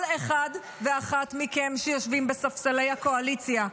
כל אחד ואחת מכם שיושבים בספסלי הקואליציה,